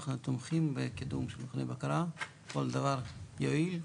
אנחנו תומכים בקידום מכוני בקרה, כל דבר שיועיל,